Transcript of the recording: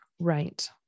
Right